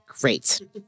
Great